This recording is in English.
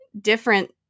different